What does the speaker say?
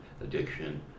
addiction